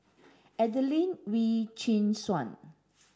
Adelene Wee Chin Suan